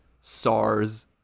sars